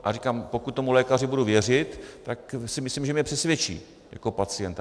A říkám, pokud tomu lékaři budu věřit, tak si myslím, že mě přesvědčí jako pacienta.